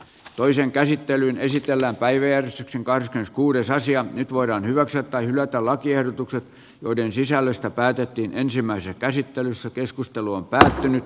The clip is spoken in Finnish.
toisen käsittelyn esitellä päiviä sankan keskuudessa asian nyt voidaan hyväksyä tai hylätä lakiehdotukset joiden sisällöstä päätettiin ensimmäisessä käsittelyssä keskustelu on päättynyt